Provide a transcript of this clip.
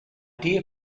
dear